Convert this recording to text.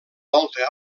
volta